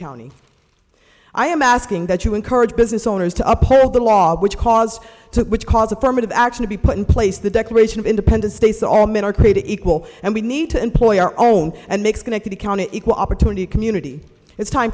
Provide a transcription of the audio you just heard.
county i am asking that you encourage business owners to uphold the law which cause to which cause affirmative action to be put in place the declaration of independence states all men are created equal and we need to employ our own and makes going to the county equal opportunity community it's time